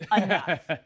enough